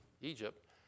Egypt